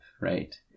right